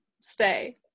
stay